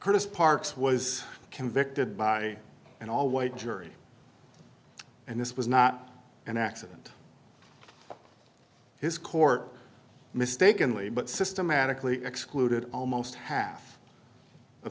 curtis parks was convicted by an all white jury and this was not an accident his court mistakenly but systematically excluded almost half of